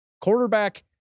Quarterback